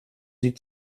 sie